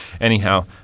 anyhow